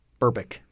Berbick